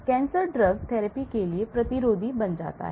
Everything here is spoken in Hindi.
कैंसर ड्रग थेरेपी के लिए प्रतिरोध बन जाता है